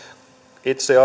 itse